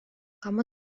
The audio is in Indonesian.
kamu